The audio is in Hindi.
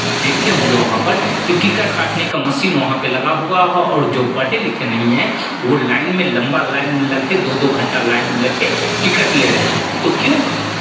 देखते होंगे वहाँ पर कि टिकट काटने का मशीन वहाँ पे लगा हुआ हो और जो पढ़े लिखे नहीं हैं वो लाइन में लंबा लाइन में लग के दो दो घंटा लाइन में लग के टिकट ले रहे हैं तो क्यों